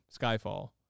Skyfall